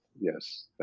yes